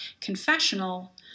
confessional